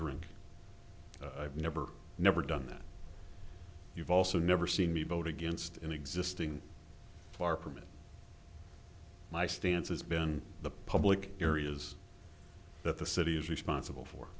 drink i've never never done that you've also never seen me vote against an existing permit my stance has been the public areas that the city is responsible